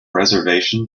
reservation